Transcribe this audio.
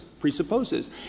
presupposes